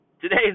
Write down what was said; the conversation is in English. Today